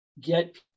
get